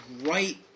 right